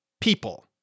people